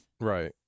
Right